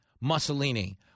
Mussolini